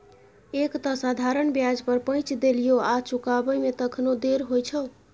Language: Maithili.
एक तँ साधारण ब्याज पर पैंच देलियौ आ चुकाबै मे तखनो देर होइ छौ